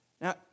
Now